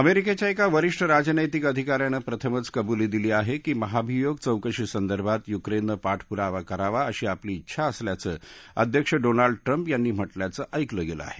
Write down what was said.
अमेरिकेच्या एका वरिष्ठ राजनत्तिक अधिकाऱ्याने प्रथमच कबुली दिली आहे की महाभियोग चौकशी संदर्भात युक्रेननं पाठपुरावा करावा अशी आपली इच्छा असल्याचे अध्यक्ष डोनाल्ड ट्रम्प यांनी म्हटल्याचे ऐकलं गेलं आहे